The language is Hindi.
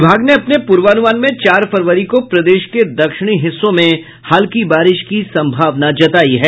विभाग ने अपने पूर्वानुमान में चार फरवरी को प्रदेश के दक्षिणी हिस्सों में हल्की बारिश की संभावना जतायी है